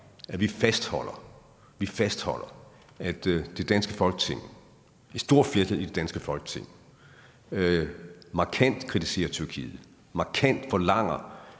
fastholder, at det danske Folketing – et stort flertal i det danske Folketing – markant kritiserer Tyrkiet og markant forlanger,